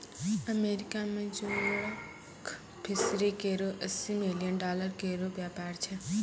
America में जोडक fishery केरो अस्सी मिलियन डॉलर केरो व्यापार छै